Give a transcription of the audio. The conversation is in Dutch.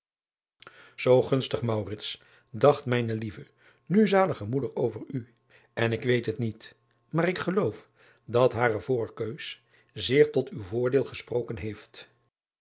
oo gunstig dacht mijne lieve nu zalige moeder over u en ik weet het niet maar ik geloof dat hare voorkeus zeer tot uw voordeel gesproken heeft